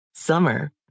Summer